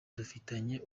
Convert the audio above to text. dufitanye